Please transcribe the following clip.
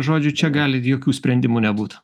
žodžiu čia gali jokių sprendimų nebūt